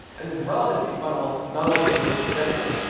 and this relevancy funnel not only is really simple,